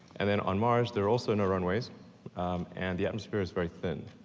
and and on mars, there are also no runways and the atmosphere is very thin,